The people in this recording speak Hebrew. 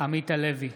עמית הלוי,